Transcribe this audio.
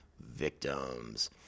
victims